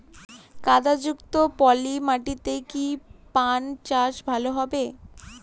কাদা যুক্ত পলি মাটিতে কি পান চাষ ভালো হবে?